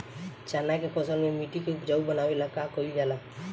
चन्ना के फसल में मिट्टी के उपजाऊ बनावे ला का कइल जाला?